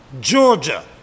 Georgia